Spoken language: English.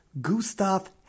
Gustav